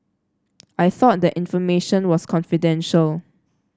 I thought that information was confidential